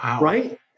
right